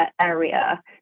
area